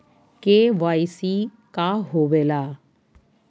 KYC का होवेला?